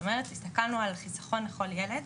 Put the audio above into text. זאת אומרת, הסתכלנו על חיסכון לכל ילד,